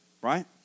right